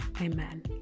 Amen